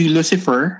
Lucifer